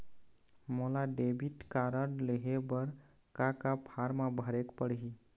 मोला debit card लेहे बर का का फार्म भरेक पड़ही?